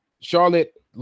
Charlotte